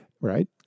Right